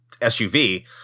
suv